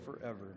forever